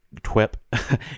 twip